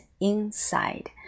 inside